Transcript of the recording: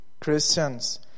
Christians